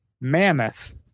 mammoth